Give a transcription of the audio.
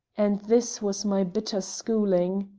and this was my bitter schooling.